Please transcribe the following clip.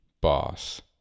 boss